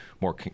more